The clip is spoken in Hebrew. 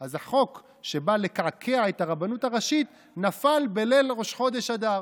אז החוק שבא לקעקע את הרבנות הראשית נפל בליל ראש חודש אדר.